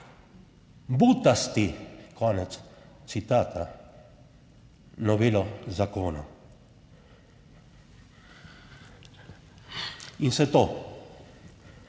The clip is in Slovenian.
butasti, konec citata, novelo zakona in vse to.